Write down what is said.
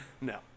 No